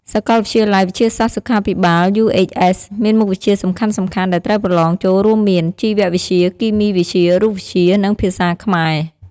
សាកលវិទ្យាល័យវិទ្យាសាស្ត្រសុខាភិបាល UHS មានមុខវិជ្ជាសំខាន់ៗដែលត្រូវប្រឡងចូលរួមមាន ជីវវិទ្យា គីមីវិទ្យា រូបវិទ្យា និងភាសាខ្មែរ។